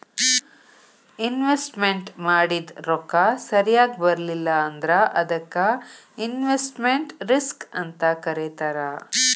investment ಮಾಡಿದ್ ರೊಕ್ಕ ಸರಿಯಾಗ್ ಬರ್ಲಿಲ್ಲಾ ಅಂದ್ರ ಅದಕ್ಕ ಇನ್ವೆಸ್ಟ್ಮೆಟ್ ರಿಸ್ಕ್ ಅಂತ್ ಕರೇತಾರ